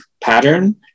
pattern